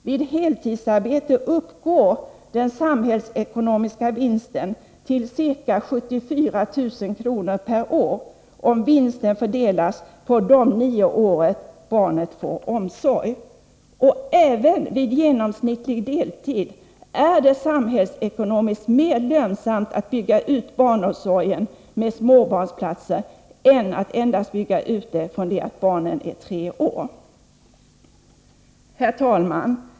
Vid heltidsarbete uppgår den samhällsekonomiska vinsten till ca 74 000 kr. per år, om vinsten fördelas på de nio år barnet får omsorg. Även vid genomsnittlig deltid är det samhällsekonomiskt mer lönsamt att bygga ut barnomsorgen med småbarnsplatser än att utgå ifrån treårsåldern. Herr talman!